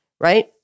right